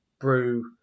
Brew